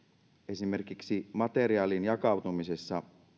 esimerkiksi materiaalin jakautumisessa